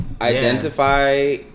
identify